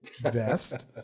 vest